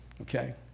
Okay